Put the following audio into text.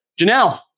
Janelle